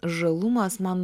žalumas man